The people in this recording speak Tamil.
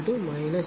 02352